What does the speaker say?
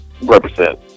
represent